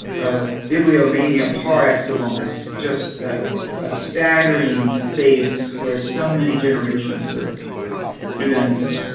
of bibliomania par excellence. just a staggering space where so many generations of hopkins students